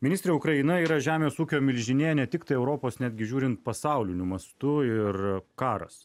ministre ukraina yra žemės ūkio milžinė ne tiktai europos netgi žiūrint pasauliniu mastu ir karas